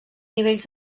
nivells